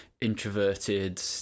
introverted